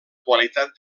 qualitat